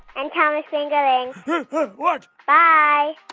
um thomas fingerling what? bye